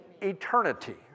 eternity